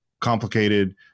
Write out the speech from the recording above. complicated